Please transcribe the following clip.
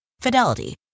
Fidelity